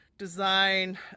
design